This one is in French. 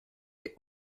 les